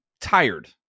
tired